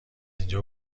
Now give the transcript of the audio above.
اینجا